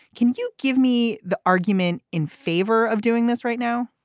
can you give me the argument in favor of doing this right now